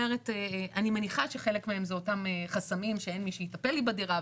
אני מניחה שחלק מהחסמים זה אותם חסמים שאין מי שיטפל בדירה,